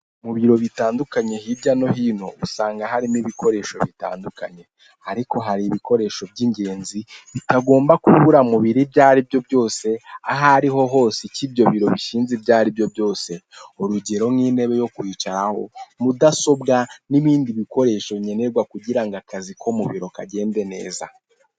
Mu biro bitandukanye hirya no hino usangamo harimo ibikoresho bitandukanye, ariko hari ibikoresho by'ingenzi bitagomba kubura mu biro ibyo aribyo byose, aho ariho hose, icyo ibyo biro bishinzwe ibyo aribyo byose, urugero nk'intebe yo kwicaraho, mudasobwa n'ibindi bikoresho nkenerwa kugira ngo akazi ko mu biro kagende neza.